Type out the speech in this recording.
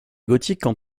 gothiques